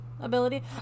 ability